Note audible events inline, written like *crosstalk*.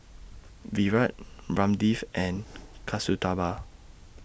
Virat Ramdev *noise* and Kasturba